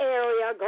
area